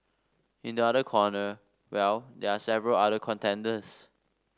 in the other corner well they are several other contenders